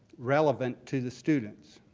relevant to the students.